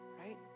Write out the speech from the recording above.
right